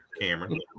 Cameron